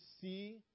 see